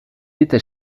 était